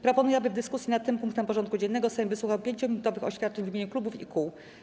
Proponuję, aby w dyskusji nad tym punktem porządku dziennego Sejm wysłuchał 5-minutowych oświadczeń w imieniu klubów i kół.